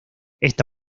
esta